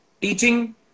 teaching